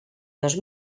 dos